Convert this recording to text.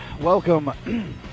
Welcome